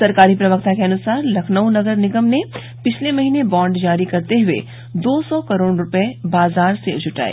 सरकारी प्रवक्ता के अनुसार लखनऊ नगर निगम ने पिछले महीने बॉन्ड जारी करते हुए दो सौ करोड़ रुपये बाजार से जुटाए